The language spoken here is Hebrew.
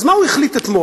אז מה הוא החליט אתמול?